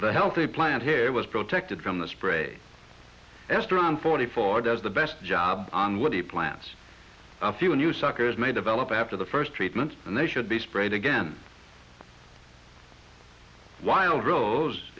the healthy plant hair was protected from the spray asked around forty four does the best job on what he plants a few new suckers may develop after the first treatment and they should be sprayed again while rose